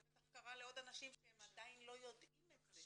זה בטח קרה לעוד אנשים שעדיין לא יודעים מזה.